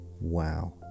Wow